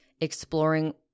exploring